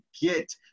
get